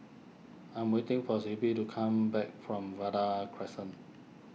I am waiting for Sibbie to come back from Vanda Crescent